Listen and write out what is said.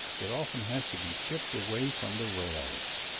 that often has to be chipped away from the rails.